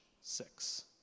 six